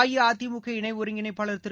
அஇஅதிமுக இணை ஒருங்கிணைப்பாளர் திரு